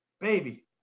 baby